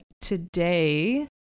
today